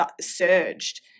surged